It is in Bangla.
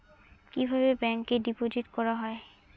কিভাবে ব্যাংকে ডিপোজিট করা হয়?